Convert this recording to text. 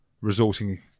resulting